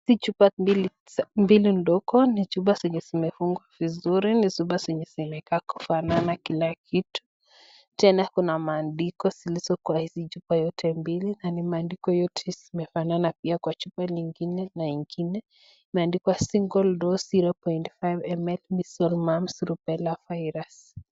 Ni chupa mbili ndogo, nichupa zenye zimefungwa vizuri, nichupa zenye zimekaa kufanana kila kitu, tena kuna maandiko zilizo kwa chupa yote hapa mbili, na ni maandiko yote zimefanana pia chupa lingine na ingine, imeandikwa single dose point five ml measles, rubella virus